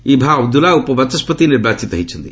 Eva Abdulla ଉପବାଚସ୍କତି ନିର୍ବାଚିତ ହୋଇଛନ୍ତି